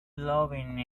loving